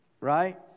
Right